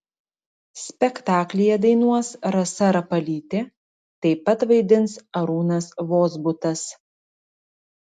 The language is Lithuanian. spektaklyje dainuos rasa rapalytė taip pat vaidins arūnas vozbutas